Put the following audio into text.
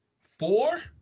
Four